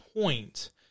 point